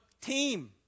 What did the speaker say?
team